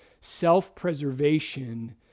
self-preservation